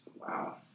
Wow